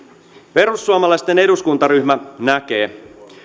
perussuomalaisten eduskuntaryhmä näkee